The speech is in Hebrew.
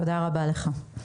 תודה רבה לך.